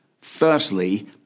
Firstly